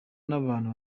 n’abantu